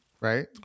Right